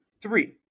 three